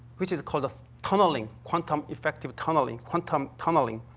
which is called ah tunneling, quantum effective tunneling, quantum tunneling.